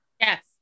yes